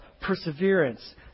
perseverance